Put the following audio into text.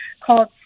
called